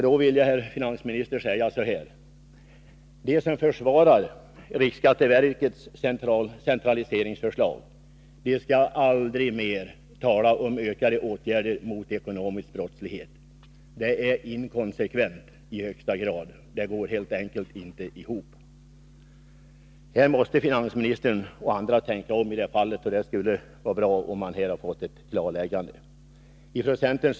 Då vill jag, herr finansminister, säga att de som försvarar riksskatteverkets centraliseringsförslag aldrig skall tala mer om ökade åtgärder mot ekonomisk brottslighet. Det är i högsta grad inkonsekvent — det går helt enkelt inte ihop. Här måste finansministern och andra tänka om. Det skulle vara bra om vi kunde få ett klarläggande på denna punkt.